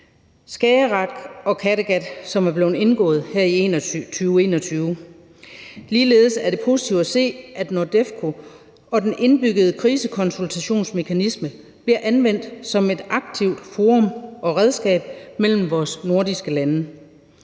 Skagerrak og Kattegat, som er blevet indgået her i 2021. Ligeledes er det positivt at se, at NORDEFCO og den indbyggede krisekonsultationsmekanisme bliver anvendt som et aktivt forum og redskab mellem vores nordiske lande.